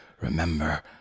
remember